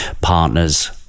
partners –